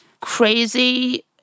crazy